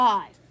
Five